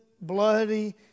bloody